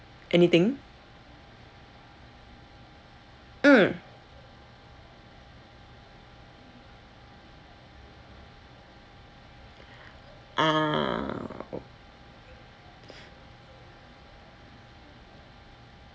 anything mm ah